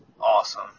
awesome